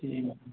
जी ma'am